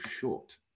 short